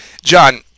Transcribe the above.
John